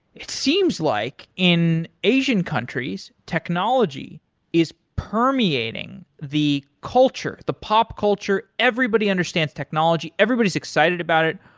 it seems like in asian countries, technology is permeating the culture, the pop culture. everybody understands technology. everybody is excited about it.